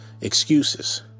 excuses